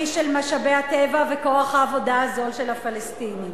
של משאבי הטבע וכוח העבודה הזול של הפלסטינים.